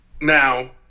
Now